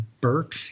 Burke